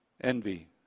envy